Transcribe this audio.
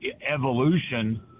evolution